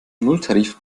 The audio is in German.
nulltarif